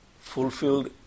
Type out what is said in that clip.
fulfilled